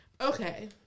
Okay